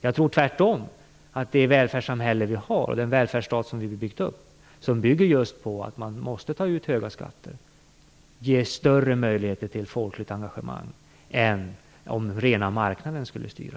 Jag tror tvärtom att välfärdssamhället, den välfärdsstat som vi har byggt upp, som just bygger på att man måste ta ut höga skatter, ger större möjligheter till folkligt engagemang än om den rena marknaden skulle styra.